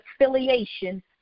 affiliation